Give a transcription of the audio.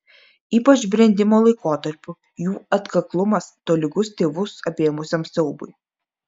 ypač brendimo laikotarpiu jų atkaklumas tolygus tėvus apėmusiam siaubui